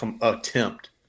attempt